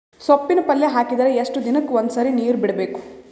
ಸೊಪ್ಪಿನ ಪಲ್ಯ ಹಾಕಿದರ ಎಷ್ಟು ದಿನಕ್ಕ ಒಂದ್ಸರಿ ನೀರು ಬಿಡಬೇಕು?